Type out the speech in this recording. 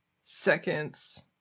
Seconds